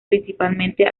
principalmente